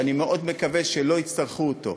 ואני מקווה מאוד שלא יצטרכו אותו,